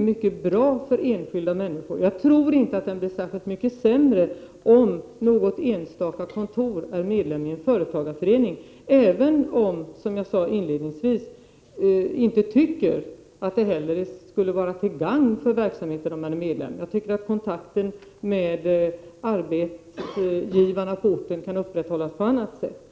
mycket bra för enskilda människor. Jag tror inte att den blir särskilt mycket sämre, om något enstaka kontor är medlem ii en företagarförening. Jag tycker dock inte heller, som jag sade inledningsvis, att det skulle vara till gagn för arbetsförmedlingens verksamhet om den är medlem. Jag tycker att kontakten med arbetsgivarna på orten kan upprätthållas på annat sätt.